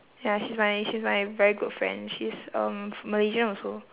ya she's my she's my very good friend she's um malaysian also